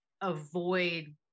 avoid